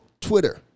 Twitter